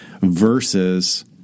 versus